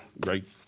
great